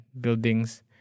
buildings